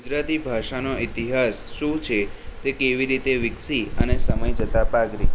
ગુજરાતી ભાષાનો ઈતિહાસ શું છે તે કેવી રીતે વિકસી અને સમય જતા પાંગરી